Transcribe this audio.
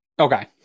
Okay